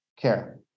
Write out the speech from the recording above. care